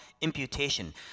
imputation